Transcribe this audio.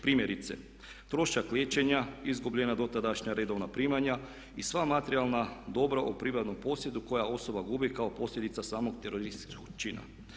Primjerice, trošak liječenja, izgubljena dotadašnja redovna primanja i sva materijalna dobra o privatnom posjedu koje osoba gubi kao posljedica samog terorističkog čina.